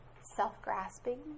self-grasping